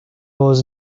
was